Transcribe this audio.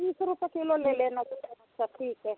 तीस रुपये किलो ले लेना चलो अच्छा ठीक है